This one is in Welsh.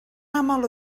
aml